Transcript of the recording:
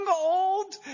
old